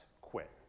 quit